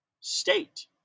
state